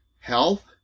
health